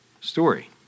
story